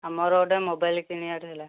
ଆମର ଗୋଟେ ମୋବାଇଲ କିଣିବାର ଥିଲା